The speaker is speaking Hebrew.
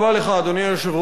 אדוני היושב-ראש,